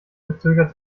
verzögert